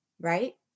right